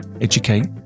educate